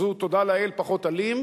אז הוא, תודה לאל, פחות אלים,